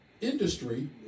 industry